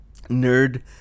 nerd